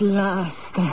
last